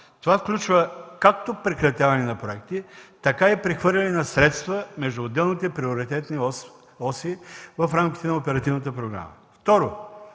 Това включва както прекратяване на проекти, така и прехвърляне на средства между отделните приоритетни оси в рамките на оперативната програма.